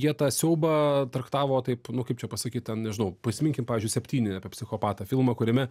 jie tą siaubą traktavo taip nu kaip čia pasakyt ten nežinau prisiminkim pavyzdžiui septyni apie psichopatą filmą kuriame